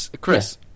Chris